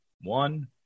one